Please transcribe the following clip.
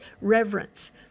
reverence